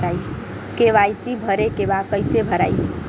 KYC भरे के बा कइसे भराई?